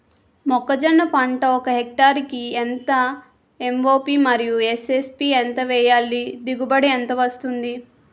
మొక్కజొన్న పంట ఒక హెక్టార్ కి ఎంత ఎం.ఓ.పి మరియు ఎస్.ఎస్.పి ఎంత వేయాలి? దిగుబడి ఎంత వస్తుంది?